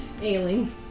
Ailing